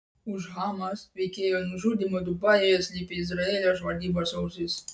už hamas veikėjo nužudymo dubajuje slypi izraelio žvalgybos ausys